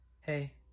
Hey